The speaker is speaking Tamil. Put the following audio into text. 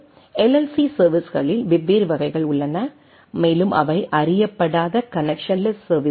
சி சர்வீஸ்களில் வெவ்வேறு வகைகள் உள்ளன மேலும் அவை அறியப்படாத கனெக்சன்லெஸ் சர்வீஸாகும்